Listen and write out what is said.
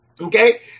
Okay